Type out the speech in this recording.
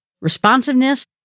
responsiveness